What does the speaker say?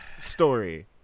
story